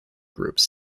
groups